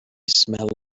smell